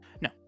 No